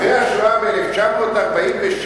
אחרי השואה, ב-1947,